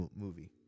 movie